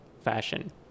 fashion